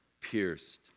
pierced